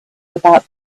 about